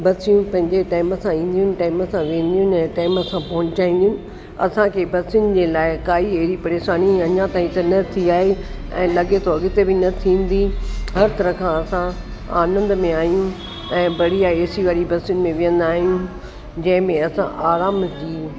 बसियूं पंहिंजे टाइम सां ईंदियूं टाइम सां वेंदियूं आहिनि ऐं टाइम सां पहुचाईंदियूं आहिनि असांखे बसुनि में लाहे काहे अहिड़ी परेशानी अञा ताईं त न थी आहे ऐं लॻे थो अॻिते बि न थींदी हर तरह खां असां आनंद में आहियूं ऐं बढ़िया ए सी वारी बसुनि में वेहंदा आहियूं जंहिंमें असां आराम